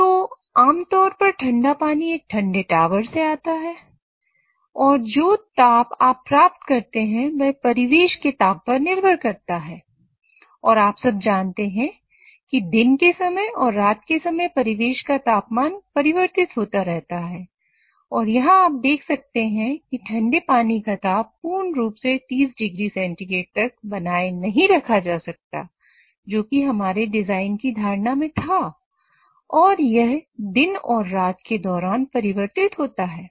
तो आमतौर पर ठंडा पानी एक ठंडे टॉवर से आता है और जो ताप आप प्राप्त करते हैं वह परिवेश के ताप पर निर्भर करता है और आप सब जानते हैं कि दिन के समय और रात के समय परिवेश का तापमान परिवर्तित होता रहता है और यहां आप देख सकते हैं कि ठंडे पानी का ताप पूर्ण रूप से 30 डिग्री सेंटीग्रेड तक बनाए नहीं रखा जा सकता जो कि हमारी डिजाइन की धारणा में था और यह दिन और रात के दौरान परिवर्तित होता है